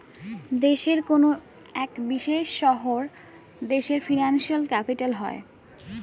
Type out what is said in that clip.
দেশের কোনো এক বিশেষ শহর দেশের ফিনান্সিয়াল ক্যাপিটাল হয়